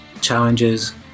challenges